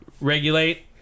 regulate